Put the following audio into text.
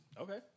Okay